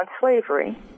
slavery